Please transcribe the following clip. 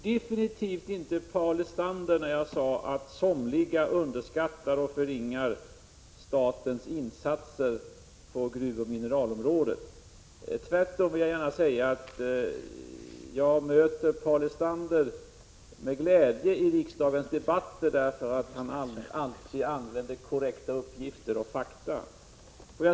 Herr talman! Jag avsåg absolut inte Paul Lestander när jag sade att somliga förringar statens insatser inom gruvoch mineralpolitiken. Tvärtom vill jag gärna säga att jag möter Paul Lestander med glädje i riksdagens debatter, därför att han alltid använder korrekta uppgifter och fakta.